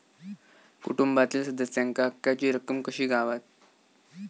कुटुंबातील सदस्यांका हक्काची रक्कम कशी गावात?